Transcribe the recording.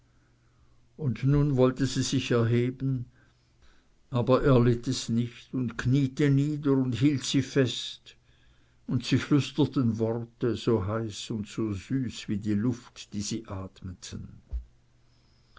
und nun wollte sie sich erheben aber er litt es nicht und kniete nieder und hielt sie fest und sie flüsterten worte so heiß und so süß wie die luft die sie atmeten